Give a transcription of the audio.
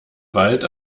wald